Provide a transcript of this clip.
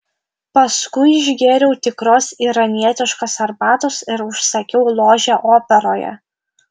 paskui išgėriau tikros iranietiškos arbatos ir užsakiau ložę operoje